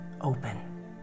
Open